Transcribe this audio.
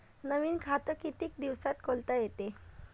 नवीन खात कितीक दिसात खोलता येते?